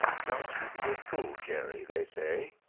don't you be a fool, jerry, they say.